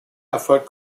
erfolgt